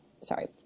sorry